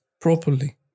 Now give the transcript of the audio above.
properly